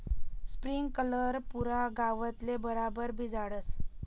sprinkler पुरा गावतले बराबर भिजाडस